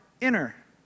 inner